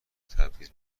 تبعیض